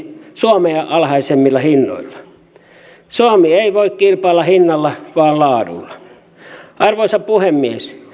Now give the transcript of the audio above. suomea alhaisemmilla hinnoilla suomi ei voi kilpailla hinnalla vaan laadulla arvoisa puhemies